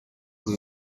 kuri